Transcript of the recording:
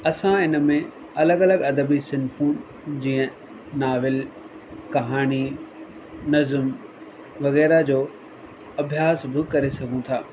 असां इन में अलॻि अलॻि अदबी सिनफू जीअं नावेल कहाणी नजम वग़ैरह जो अभ्यास बि करे सघूं था